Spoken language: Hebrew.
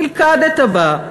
נלכדת בה,